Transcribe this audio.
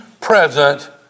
present